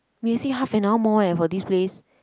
we exceed half an hour more eh for this place